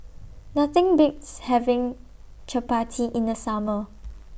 Nothing Beats having Chapati in The Summer